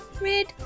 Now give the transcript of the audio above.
Red